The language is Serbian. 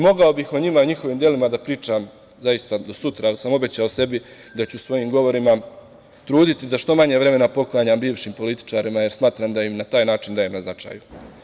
Mogao bih o njima i njihovim delima da pričam zaista do sutra, ali sam obećao sebi da ću u svojim govorima se truditi da što manje vremena poklanjam bivšim političarima, jer smatram da im na taj način dajem na značaju.